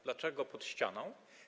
Dlaczego pod ścianą?